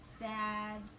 sad